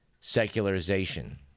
secularization